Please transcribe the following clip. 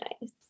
nice